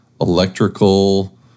electrical